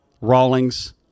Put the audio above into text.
Rawlings